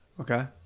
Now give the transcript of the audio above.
Okay